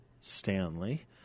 Stanley